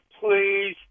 please